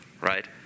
right